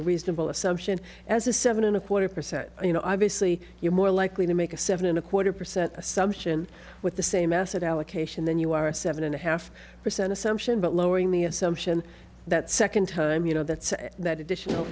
a reasonable assumption as a seven and a quarter percent you know obviously you're more likely to make a seven and a quarter percent assumption with the same asset allocation than you are a seven and a half percent assumption but lowering the assumption that second time you know that's that additional